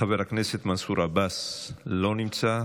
חבר הכנסת מנסור עבאס, לא נמצא.